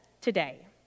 today